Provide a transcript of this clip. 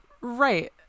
Right